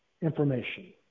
information